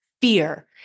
fear